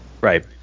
right